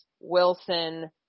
Wilson